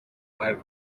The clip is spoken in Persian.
برگ